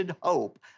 hope